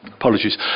apologies